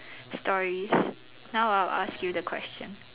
stories now I'll ask you the question